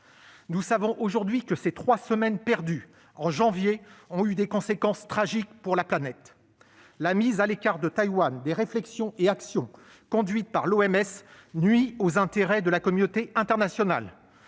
Nous savons aujourd'hui que ces trois semaines perdues en janvier ont eu des conséquences tragiques pour la planète. La mise à l'écart de Taïwan des réflexions et actions conduites par l'OMS nuit aux intérêts de la communauté internationale.